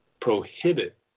prohibit